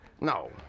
No